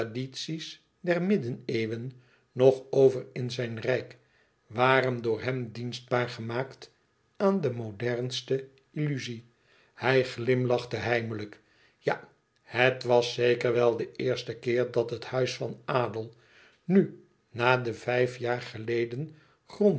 tradities der middeneeuwen nog over in zijn rijk waren door hem dienstbaar gemaakt aan de modernste illuzie hij glimlachte heimelijk ja het was zeker wel de eerste keer dat het huis van adel nu na de vijf jaar geleden